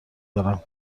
دارم